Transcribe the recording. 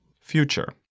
Future